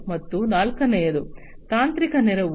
ಮತ್ತು ನಾಲ್ಕನೆಯದು ತಾಂತ್ರಿಕ ನೆರವು